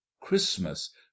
Christmas